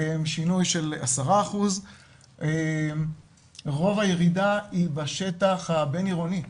שינוי של 10%. רוב הירידה היא בשטח הבין-עירוני,